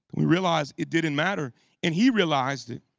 we realized it didn't matter and he realized it.